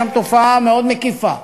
יש שם תופעה מאוד מקיפה.